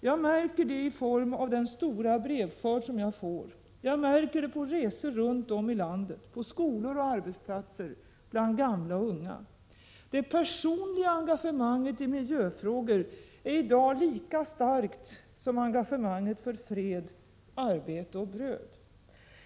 Jag märker det i form av den stora brevskörd jag får. Jag märker det på resor runt om i landet, på skolor och arbetsplatser, bland gamla och unga. Det personliga engagemanget i miljöfrågan är i dag lika starkt som engagemanget för fred, arbete och bröd.